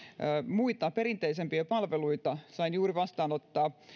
muita perinteisempiä palveluita sain juuri vastaanottaa